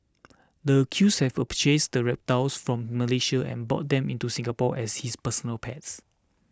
the accused had purchased the reptiles from Malaysia and brought them into Singapore as his personal pets